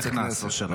הינה, אושר נכנס.